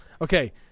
Okay